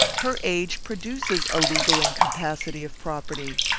her age produces a legal incapacity of property.